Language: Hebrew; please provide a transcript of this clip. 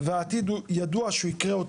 כמה